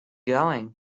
going